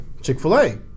Chick-fil-A